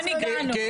לאן הגענו.